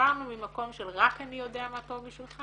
עברנו ממקום של רק אני יודע מה טוב בשבילך